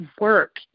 work